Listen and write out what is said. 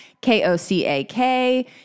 K-O-C-A-K